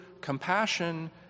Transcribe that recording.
compassion